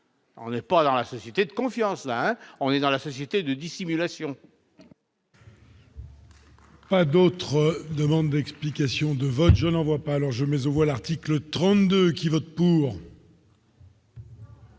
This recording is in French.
on est pas dans la société de confiance, hein, on est dans la société de dissimulation.